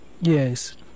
yes